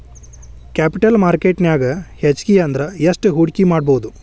Capital market ನ್ಯಾಗ್ ಹೆಚ್ಗಿ ಅಂದ್ರ ಯೆಸ್ಟ್ ಹೂಡ್ಕಿಮಾಡ್ಬೊದು?